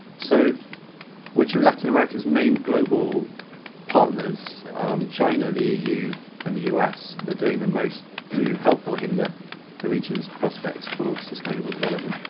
so which of latin america's main global partners china, the eu, and the us are doing the most to help or hinder the region's prospects for sustainable development?